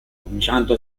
cominciando